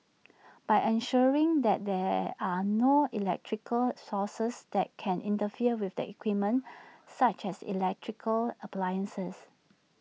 by ensuring that there are no electrical sources that can interfere with the equipment such as electrical appliances